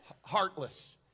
heartless